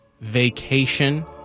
Vacation